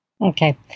Okay